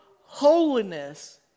holiness